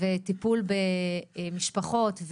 וטיפול במשפחות,